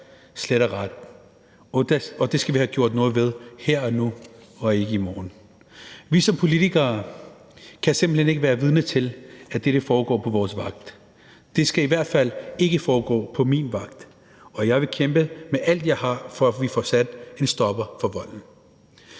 at bære, og det skal vi have gjort noget ved her og nu og ikke i morgen. Vi som politikere kan simpelt hen ikke være vidner til, at dette foregår på vores vagt. Det skal i hvert fald ikke foregå på min vagt, og jeg vil kæmpe med alt, hvad jeg har, for at vi får sat en stopper for volden.